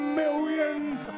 millions